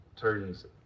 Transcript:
turns